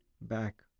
back